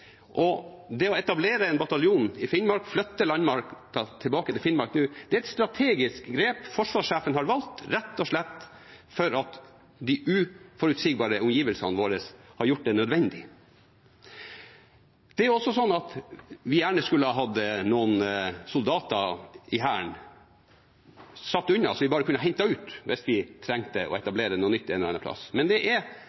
grep. Det å etablere en bataljon i Finnmark, flytte landmakten tilbake til Finnmark nå, er et strategisk grep forsvarssjefen har valgt, rett og slett fordi de uforutsigbare omgivelsene våre har gjort det nødvendig. Det er også slik at vi gjerne skulle hatt noen soldater i Hæren som vi bare kunne hentet ut hvis vi trengte å